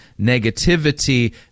negativity